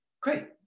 great